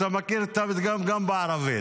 גם אתה מכיר את הפתגם בערבית.